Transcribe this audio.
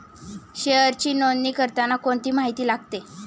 शेअरची नोंदणी करताना कोणती माहिती लागते?